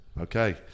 Okay